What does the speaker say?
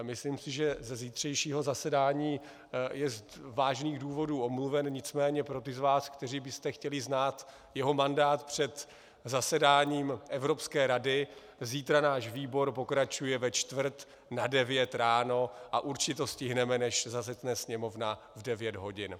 Myslím si, že ze zítřejšího zasedání je z vážných důvodů omluven, nicméně pro ty z vás, kteří byste chtěli znát jeho mandát před zasedáním Evropské rady, zítra náš výbor pokračuje ve čtvrt na devět ráno a určitě to stihneme, než začne sněmovna v 9 hodin.